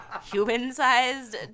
human-sized